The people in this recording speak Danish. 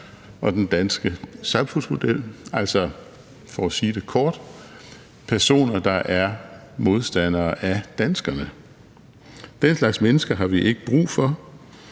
og den danske samfundsmodel – altså for at sige det kort: personer, der er modstandere af danskerne. Den slags mennesker har vi ikke brug for.